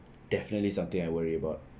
definitely something I worry about